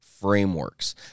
frameworks